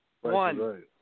One